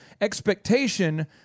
expectation